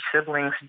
siblings